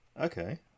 okay